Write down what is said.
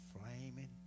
flaming